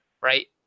right